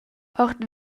ord